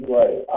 right